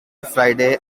friday